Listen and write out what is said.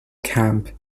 camp